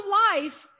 life